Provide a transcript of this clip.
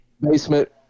Basement